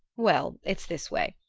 well, it's this way.